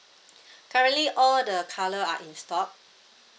currently all the colour are in stock